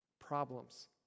problems